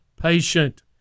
patient